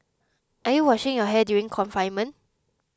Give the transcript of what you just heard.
are you washing your hair during confinement